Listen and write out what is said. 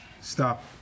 Stop